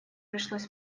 пришлось